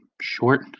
Short